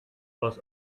was